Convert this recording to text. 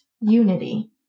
unity